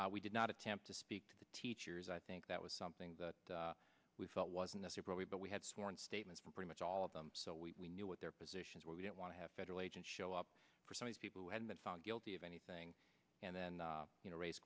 etc we did not attempt to speak to the teachers i think that was something that we felt was necessary but we had sworn statements from pretty much all of them so we knew what their positions where we don't want to have federal agents show up for some people who had been found guilty of anything and then you know ra